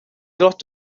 lot